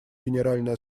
генеральной